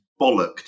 bollocked